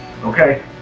okay